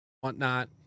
whatnot